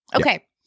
Okay